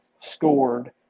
scored